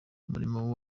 umurimo